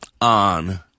on